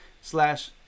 slash